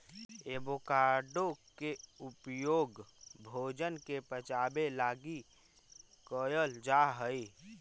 avocado के उपयोग भोजन के पचाबे लागी कयल जा हई